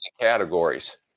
categories